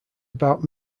about